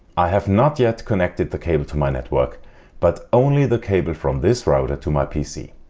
i have not yet connected the cable to my network but only the cable from this router to my pc.